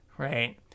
Right